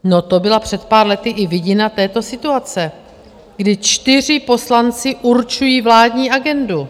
No to byla před pár lety i vidina této situace, kdy čtyři poslanci určují vládní agendu.